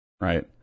right